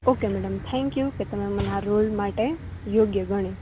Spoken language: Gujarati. ઓકે મેડમ થેન્ક યુ કે તમે મને આ રોલ માટે યોગ્ય ગણી